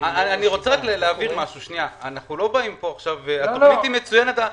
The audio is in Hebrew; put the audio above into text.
התכנית היא מצוינת.